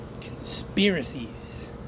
conspiracies